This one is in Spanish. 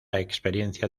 experiencia